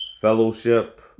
fellowship